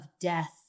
death